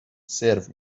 سرو